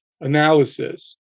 analysis